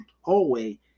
hallway